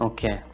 Okay